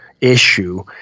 Issue